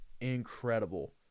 incredible